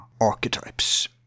archetypes